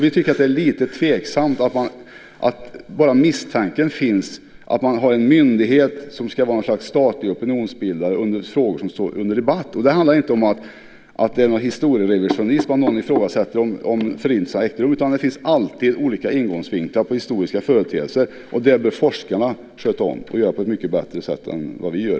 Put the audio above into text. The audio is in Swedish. Vi tycker att det är lite tveksamt att bara misstanken finns att en myndighet ska vara ett slags statlig opinionsbildare i frågor som står under debatt. Det handlar inte om att det är någon historierevisionism eller att någon ifrågasätter om Förintelsen har ägt rum, utan det finns alltid olika ingångsvinklar till företeelser. Det bör forskarna sköta om, och de gör det på ett mycket bättre sätt än vad vi gör.